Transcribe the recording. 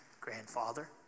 grandfather